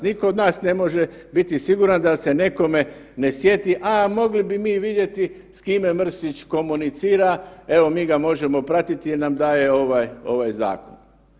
Nikog od nas ne može biti siguran da se nekome ne sjeti, a mogli bi mi vidjeti s kime Mrsić komunicira, evo mi ga možemo pratiti jer nam daje ovaj zakon.